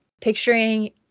picturing